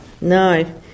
No